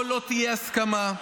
פה לא תהיה הסכמה,